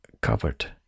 covered